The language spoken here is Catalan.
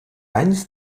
anys